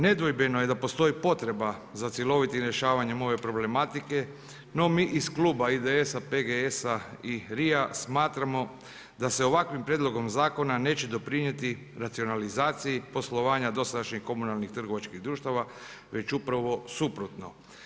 Nedvojbeno je da postoji potreba za cjelovitim rješavanjem ove problematike, no mi iz kluba IDS-a, PGS-a i RI-a smatramo da se ovakvim prijedlogom zakona neće doprinijeti racionalizaciji poslovanja dosadašnjih komunalnih trgovačkih društava već upravo suprotno.